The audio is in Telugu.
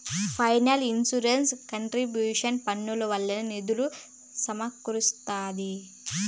ఫెడరల్ ఇన్సూరెన్స్ కంట్రిబ్యూషన్ పన్నుల వల్లే నిధులు సమకూరస్తాంది